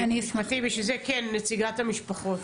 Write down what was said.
כן, נציגת המשפחות.